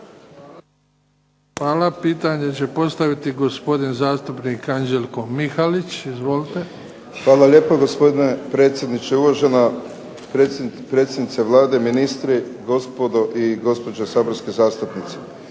Hvala. Pitanje će postaviti gospodin zastupnik Anđelko Mihalić. Izvolite. **Mihalić, Anđelko (HDZ)** Hvala lijepo gospodine predsjedniče, uvažena predsjednice Vlade, ministri, gospodo i gospođe saborski zastupnici.